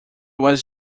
was